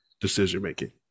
decision-making